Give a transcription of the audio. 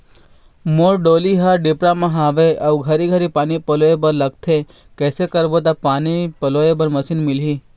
मोर डोली हर डिपरा म हावे अऊ घरी घरी पानी पलोए बर लगथे कैसे करबो त पानी पलोए बर मशीन मिलही?